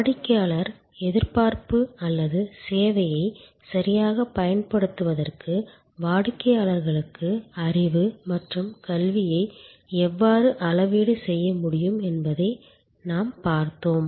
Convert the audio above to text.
வாடிக்கையாளர் எதிர்பார்ப்பு அல்லது சேவையை சரியாகப் பயன்படுத்துவதற்கு வாடிக்கையாளருக்கு அறிவு மற்றும் கல்வியை எவ்வாறு அளவீடு செய்ய முடியும் என்பதை நாம் பார்த்தோம்